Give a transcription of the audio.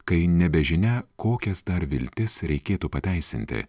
kai nebežinia kokias dar viltis reikėtų pateisinti